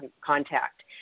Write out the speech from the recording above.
contact